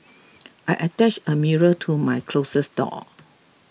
I attached a mirror to my closet door